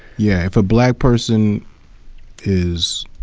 yeah. if a black person is,